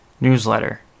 newsletter